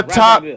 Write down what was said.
top